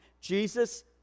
Jesus